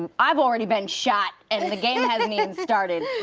but i've already been shot and the game hasn't even started.